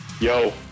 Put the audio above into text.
Yo